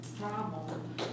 problem